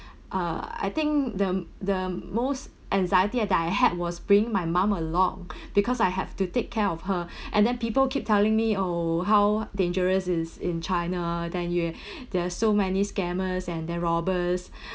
uh I think the the most anxiety that I had was bringing my mum along because I have to take care of her and then people keep telling me oh how dangerous is in china then you there are so many scammers and then robbers